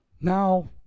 Now